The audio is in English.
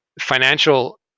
financial